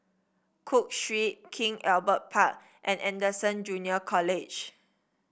Cook Street King Albert Park and Anderson Junior College